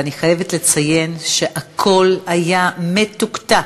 ואני חייבת לציין שהכול היה מתוקתק.